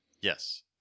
Yes